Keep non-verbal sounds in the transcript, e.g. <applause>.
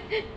okay <laughs>